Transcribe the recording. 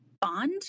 bond